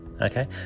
Okay